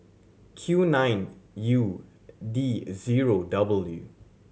Q nine U D zero W